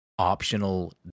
optional